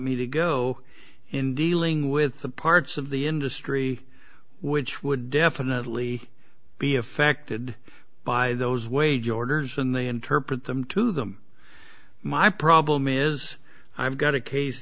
me to go in dealing with the parts of the industry which would definitely be affected by those wage orders and they interpret them to them my problem is i've got a case